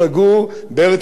מסירות נפש,